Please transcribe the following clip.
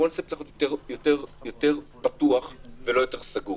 הקונספט צריך להיות יותר פתוח ולא יותר סגור.